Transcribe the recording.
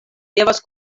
devas